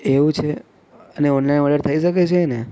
એવું છે અને ઓનલાઈન ઓર્ડર થઈ શકે છે ને